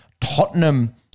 Tottenham